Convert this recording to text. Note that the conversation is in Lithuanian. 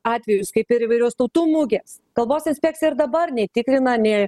atvejus kaip ir įvairios tautų mugės kalbos inspekcija ir dabar netikrina nei